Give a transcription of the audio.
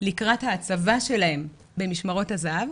לקראת ההצבה שלהם במשמרות הזה"ב,